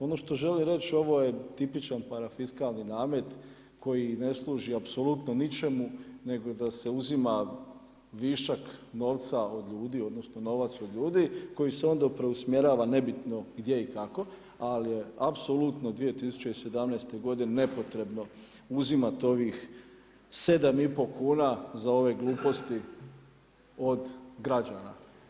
Ono što želim reći, ovo je tipičan parafiskalni namet koji ne služi apsulutno ničemu nego da se uzima višak novca od ljudi, odnosno novac od ljudi, koji se onda preusmjerava nebitno gdje i kako, ali je apsulutno 2017. godine nepotrebno uzimati ovih 7 i pol kuna za ove gluposti od građana.